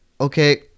Okay